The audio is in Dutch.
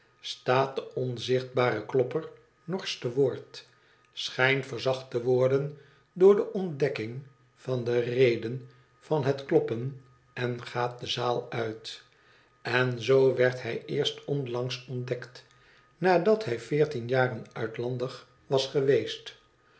staat den onzichtbaren klopper norsch te woord schijnt verzacht te worden door de ontdekking van de reden van het kloppen en gaat de zaal uit n zoo werd hij eerst onlangs ontdekt nadat hij veertien jaren uitlandig was geweest